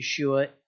yeshua